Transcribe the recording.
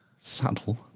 Saddle